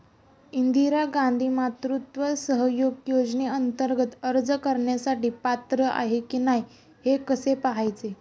इंदिरा गांधी मातृत्व सहयोग योजनेअंतर्गत अर्ज करण्यासाठी पात्र आहे की नाही हे कसे पाहायचे?